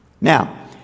Now